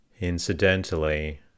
Incidentally